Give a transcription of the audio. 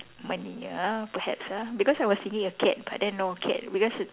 money ya perhaps ah because I was thinking of cat but then no cat because it